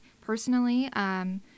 personally